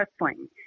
wrestling